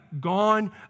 gone